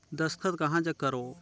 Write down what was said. दस्खत कहा जग करो?